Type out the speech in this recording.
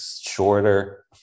shorter